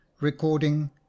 Recording